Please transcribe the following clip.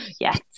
Yes